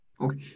Okay